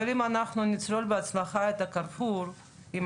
אבל אם אנחנו נצלח בהצלחה את 'קרפור' עם